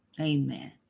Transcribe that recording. Amen